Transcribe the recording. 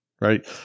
right